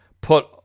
put